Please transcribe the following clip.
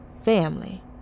family